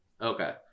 Okay